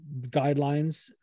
guidelines